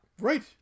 Right